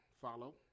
follow